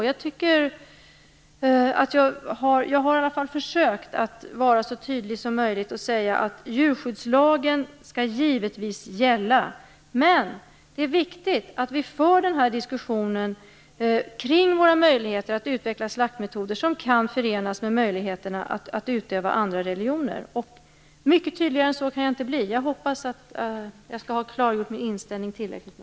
Jag tycker att jag i alla fall har försökt vara så tydlig som möjligt och säga att djurskyddslagen givetvis skall gälla, men det är viktigt att vi för den här diskussionen kring våra möjligheter att utveckla slaktmetoder som kan förenas med möjligheterna att utöva andra religioner. Mycket tydligare än så kan jag inte bli. Jag hoppas att jag skall ha klargjort min inställning tillräckligt nu.